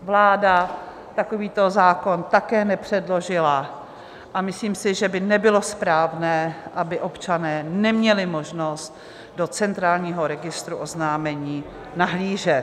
Vláda takovýto zákon také nepředložila a myslím si, že by nebylo správné, aby občané neměli možnost do centrálního registru oznámení nahlížet.